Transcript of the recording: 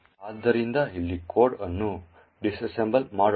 ಆದ್ದರಿಂದ ಇಲ್ಲಿ ಕೋಡ್ ಅನ್ನು ಡಿಸ್ಅಸೆಂಬಲ್ ಮಾಡೋಣ